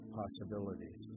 possibilities